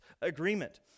agreement